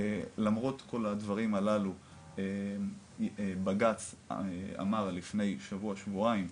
למרות כל הדברים הללו בג"צ אמר לפני שבוע שבועיים,